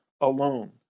alone